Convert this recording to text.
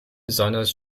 besonders